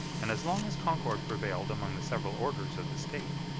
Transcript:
and as long as concord prevailed among the several orders of the state,